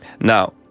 Now